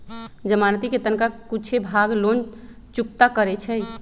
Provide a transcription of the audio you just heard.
जमानती कें तनका कुछे भाग लोन चुक्ता करै छइ